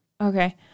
Okay